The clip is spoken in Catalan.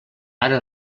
ara